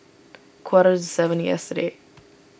quarters seven yesterday